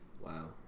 Wow